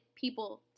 people